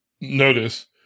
notice